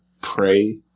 pray